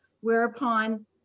whereupon